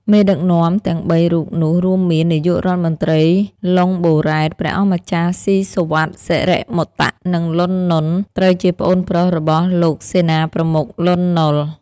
មេដឹកនាំទាំង ៣ រូបនោះរួមមាន នាយករដ្ឋមន្ត្រី ឡុង បូរ៉េត ព្រះអង្គម្ចាស់ ស៊ីសុវត្ថិ សិរិមតៈ និង លន់ ណុន ត្រូវជាប្អូនប្រុសរបស់លោកសេនាប្រមុខ លន់ នល់។